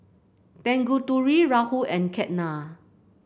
Tanguturi Rahul and Ketna